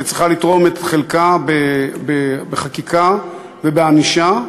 שצריכה לתרום את חלקה בחקיקה ובענישה,